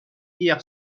hier